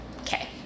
Okay